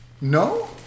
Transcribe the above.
No